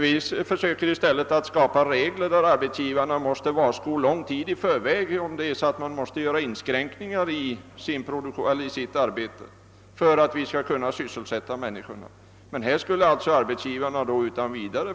Vi försöker i stället skapa regler om att arbetsgivarna måste varsko om ' inskränkningar lång tid i förväg för att vi skall kunna sysselsätta människorna.